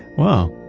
wow.